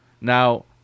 Now